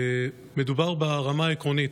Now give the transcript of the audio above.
מדובר ברמה העקרונית,